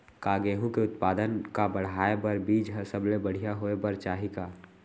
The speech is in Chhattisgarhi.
का गेहूँ के उत्पादन का बढ़ाये बर बीज ह सबले बढ़िया होय बर चाही का?